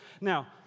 Now